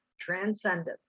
transcendent